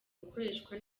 gukoreshwa